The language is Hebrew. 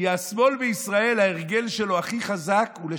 השמאל בישראל, ההרגל הכי חזק שלו הוא לשקר.